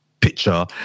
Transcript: picture